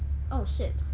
oh shit